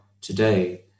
today